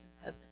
heaven